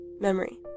memory